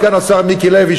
סגן השר מיקי לוי,